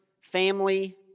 family